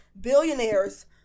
billionaires